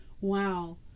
Wow